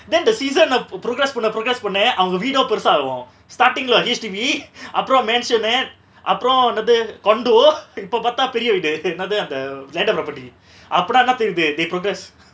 then the season uh progress பன்ன:panna progress பன்ன அவங்க வீடும் பெருசாகு:panna avanga veedum perusaku starting lah he's to be அப்ரோ:apro mansionette அப்ரோ என்னது:apro ennathu condo இப்ப பாத்தா பெரிய வீடு:ippa paatha periya veedu என்னது அந்த:ennathu antha landed property அப்பனா என்ன தெரியுது:appana enna theriyuthu they progress